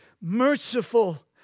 merciful